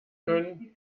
können